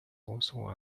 also